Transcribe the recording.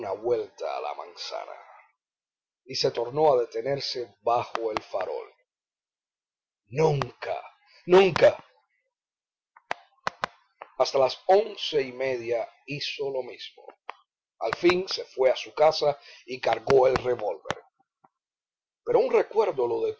vuelta a la manzana y tornó a detenerse bajo el farol nunca nunca hasta las once y media hizo lo mismo al fin se fué a su casa y cargó el revólver pero un recuerdo lo